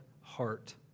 heart